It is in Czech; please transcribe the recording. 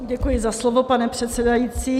Děkuji za slovo, pane předsedající.